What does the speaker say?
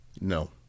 no